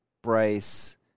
Bryce